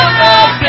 love